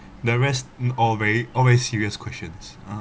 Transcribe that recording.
the rest all very all very serious questions uh